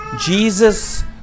Jesus